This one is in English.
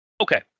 okay